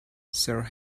sir